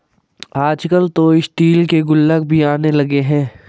आजकल तो स्टील के गुल्लक भी आने लगे हैं